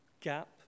gap